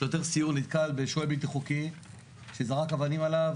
שוטר סיור נתקל בשוהה בלתי חוקי שזרק אבנים עליו.